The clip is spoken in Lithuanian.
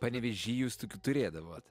panevėžy jūs tokių turėdavot